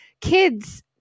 kids